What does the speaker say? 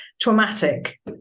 traumatic